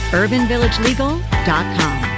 urbanvillagelegal.com